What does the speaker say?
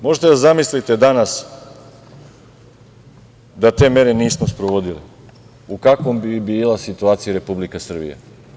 Možete da zamislite danas da te mere nismo sprovodili, u kakvoj bi bila situaciji Republika Srbija.